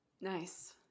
nice